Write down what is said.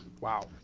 Wow